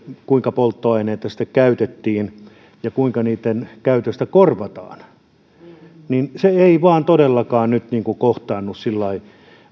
kuinka polttoaineita sitten käytettiin ja kuinka niitten käytöstä korvataan ei vain todellakaan nyt kohtaannu sillain